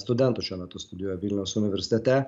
studentų šiuo metu studijuoja vilniaus universitete